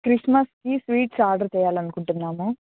క్రిస్మస్కి sweets order చెయాలనుకుంటున్నాను